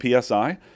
PSI